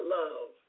love